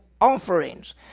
offerings